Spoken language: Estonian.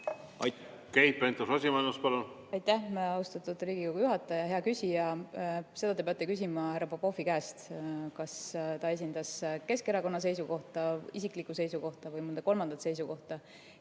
palun! Keit Pentus-Rosimannus, palun! Aitäh, austatud Riigikogu juhataja! Hea küsija! Seda te peate küsima härra Popovi käest, kas ta esindas Keskerakonna seisukohta, isiklikku seisukohta või mõnda kolmandat seisukohta.